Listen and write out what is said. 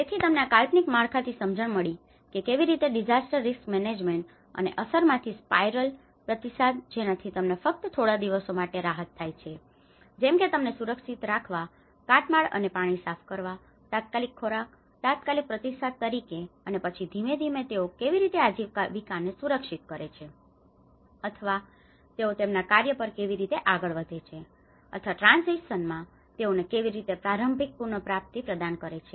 તેથી તમને આ કાલ્પનિક માળખાથી સમજણ મળી છે કે કેવી રીતે disaster risk management disastar risk management આપત્તિ જોખમ સંચાલન અને અસરમાંથી સ્પાયરલ પ્રતિસાદ જેનાથી તમને ફક્ત થોડા દિવસો માટે રાહત થાય છે જેમકે તમને સુરક્ષિત રાખવા કાટમાળ અને પાણી સાફ કરવા તાત્કાલિક ખોરાક તાત્કાલિક પ્રતિસાદ તરીકે અને પછી ધીમે ધીમે તેઓ કેવી રીતે આજીવિકાને સુરક્ષિત કરે છે અથવા તેઓ તેમના કાર્ય પર કેવી રીતે આગળ વધે છે અથવા ટ્રાનજિશનમાં transition સંક્રમણ તેઓ કેવી રીતે પ્રારંભિક પુનપ્રાપ્તિ પ્રદાન કરે છે